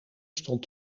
stond